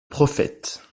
prophète